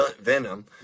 Venom